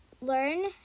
learn